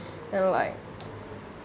and like